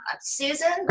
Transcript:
Susan